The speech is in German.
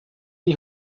die